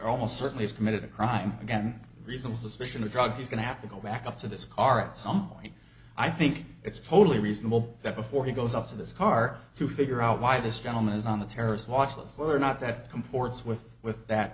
almost certainly has committed a crime again reasonable suspicion of drugs he's going to have to go back up to this car at some point i think it's totally reasonable that before he goes up to this car to figure out why this gentleman is on the terrorist watch list whether or not that comports with with